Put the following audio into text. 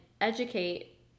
educate